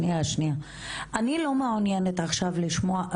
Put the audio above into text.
אני לא מעוניינת עכשיו לשמוע,